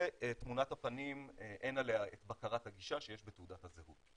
ותמונת הפנים אין עליה את בקרת הגישה שיש בתעודת הזהות.